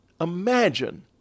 imagine